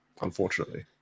unfortunately